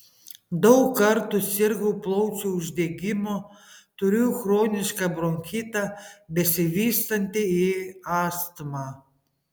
daug kartų sirgau plaučių uždegimu turiu chronišką bronchitą besivystantį į astmą